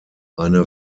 eine